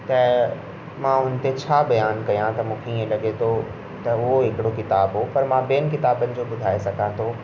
त मां हुन ते छा बयानु कयां त मूंखे ईअं लॻे थो त उहो हिकिड़ो किताब हुओ पर मां ॿियनि किताबनि जो ॿुधाए सघां थो